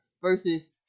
versus